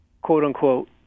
quote-unquote